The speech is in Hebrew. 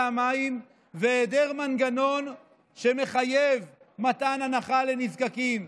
המים והיעדר מנגנון שמחייב מתן הנחה לנזקקים.